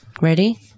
Ready